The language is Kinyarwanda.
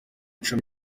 ico